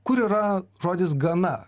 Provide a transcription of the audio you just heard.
kur yra žodis gana